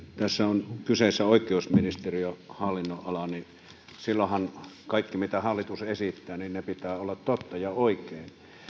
tässä on kyseessä oikeusministeriön hallinnonala joten silloinhan kaiken mitä hallitus esittää pitää olla totta ja oikein